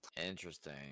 Interesting